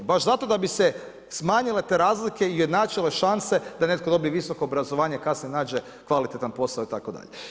Baš zato da bi se smanjile te razlike i ujednačile šanse da netko dobije visoko obrazovanje i kasnije nađe kvalitetan posao itd.